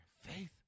Faith